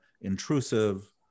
intrusive